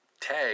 tag